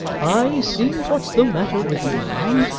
i see what's the matter with you, ma'am.